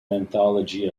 anthology